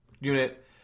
unit